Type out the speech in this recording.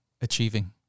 achieving